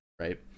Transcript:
right